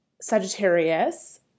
Sagittarius